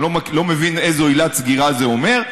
אני לא מבין איזו עילת סגירה זה אומר.